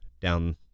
down